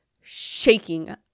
shaking